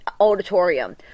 auditorium